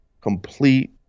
complete